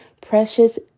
Precious